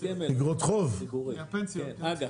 מהפנסיות.